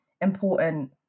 important